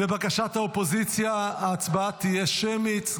לבקשת האופוזיציה, ההצבעה תהיה שמית.